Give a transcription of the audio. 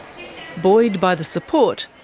buoyed by the support,